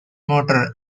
motor